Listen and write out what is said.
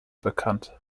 bekannt